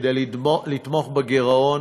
כדי לתמוך בגירעון,